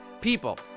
people